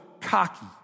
cocky